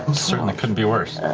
certainly couldn't be worse,